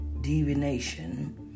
divination